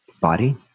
body